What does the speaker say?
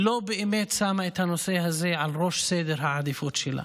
לא באמת שמה את הנושא הזה בראש סדר העדיפויות שלה.